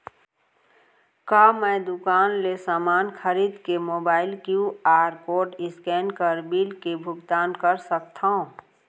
का मैं दुकान ले समान खरीद के मोबाइल क्यू.आर कोड स्कैन कर बिल के भुगतान कर सकथव?